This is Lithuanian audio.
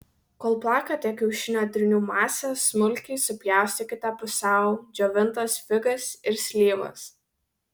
kol plakate kiaušinio trynių masę smulkiai supjaustykite pusiau džiovintas figas ir slyvas